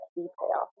detail